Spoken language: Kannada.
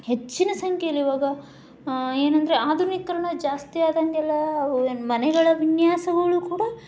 ಹೆಚ್ಚಿನ ಸಂಖ್ಯೆಯಲ್ಲಿ ಇವಾಗ ಏನೆಂದರೆ ಆಧುನೀಕರಣ ಜಾಸ್ತಿ ಆದಂತೆಲ್ಲ ಮನೆಗಳ ವಿನ್ಯಾಸಗಳು ಕೂಡ